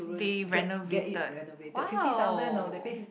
they renovated !wow!